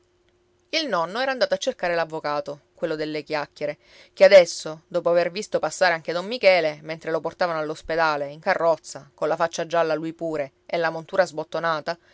il nonno era andato a cercare l'avvocato quello delle chiacchiere che adesso dopo aver visto passare anche don michele mentre lo portavano all'ospedale in carrozza colla faccia gialla lui pure e la montura sbottonata